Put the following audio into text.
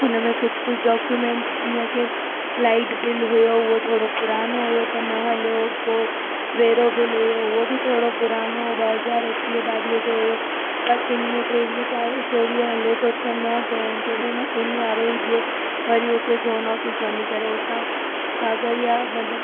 हुन में कुझु कुझु डॉक्यूमेंट जीअं की लाइट बिल हुओ उहो थोरो पुरानो हुओ त न हलियो पोइ वेरो बिल हुओ उहो बि थोरो पुरानो हुओ ॿ हज़ार एकवीह ॿावीह जो हुओ पर हिन में टेवीह चो चोवीह हले थो त न चयुनि कि भई हिन वारो ई ॾियो वरी हुते जोन ऑफ़िस वञी करे उतां काॻर या मतलबु